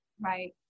right